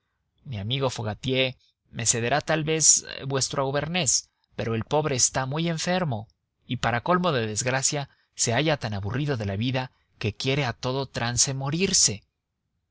mi amigo fogatier me cederá tal vez vuestro auvernés pero el pobre está muy enfermo y para colmo de desgracia se halla tan aburrido de la vida que quiere a todo trance morirse